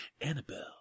Annabelle